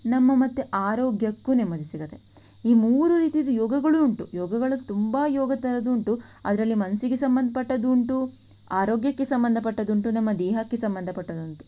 ನಮ್ಮ ಮತ್ತು ಆರೋಗ್ಯಕ್ಕೂ ನೆಮ್ಮದಿ ಸಿಗತ್ತೆ ಈ ಮೂರು ರೀತಿಯದು ಯೋಗಗಳೂ ಉಂಟು ಯೋಗಗಳಲ್ಲಿ ತುಂಬ ಯೋಗ ಥರದ್ದು ಉಂಟು ಅದರಲ್ಲಿ ಮನಸ್ಸಿಗೆ ಸಂಬಂಧಪಟ್ಟದ್ದು ಉಂಟು ಆರೋಗ್ಯಕ್ಕೆ ಸಂಬಂಧಪಟ್ಟದ್ದು ಉಂಟು ನಮ್ಮ ದೇಹಕ್ಕೆ ಸಂಬಂಧಪಟ್ಟದ್ದು ಉಂಟು